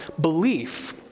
belief